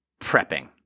prepping